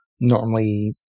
normally